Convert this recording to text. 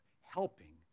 helping